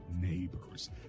neighbors